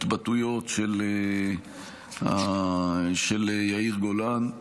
ההתבטאויות של יאיר גולן.